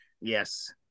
Yes